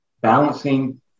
balancing